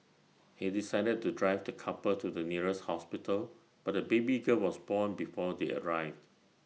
he decided to drive the couple to the nearest hospital but the baby girl was born before they arrived